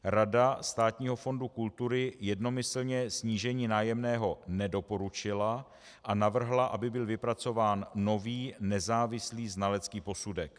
Rada Státního fondu kultury jednomyslně snížení nájemného nedoporučila a navrhla, aby byl vypracován nový, nezávislý znalecký posudek.